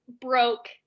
broke